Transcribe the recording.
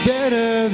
Better